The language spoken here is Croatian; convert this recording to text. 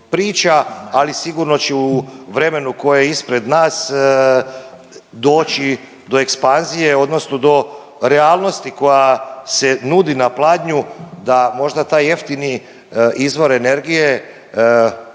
ali sigurno će u vremenu koje je ispred nas doći do ekspanzije odnosno do realnosti koja se nudi na pladnju da možda taj jeftini izvor energije